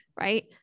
right